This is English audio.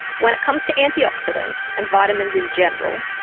when it comes to antioxidants, and vitamins in general,